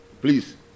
Please